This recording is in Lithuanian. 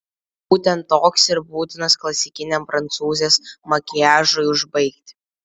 būtent toks ir būtinas klasikiniam prancūzės makiažui užbaigti